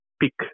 pick